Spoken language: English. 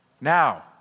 Now